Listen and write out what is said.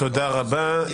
תודה רבה.